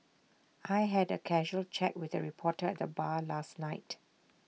I had A casual chat with A reporter at the bar last night